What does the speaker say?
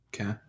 Okay